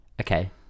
Okay